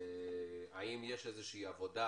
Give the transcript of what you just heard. האם יש איזושהי עבודה